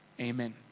Amen